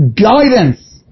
guidance